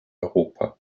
europa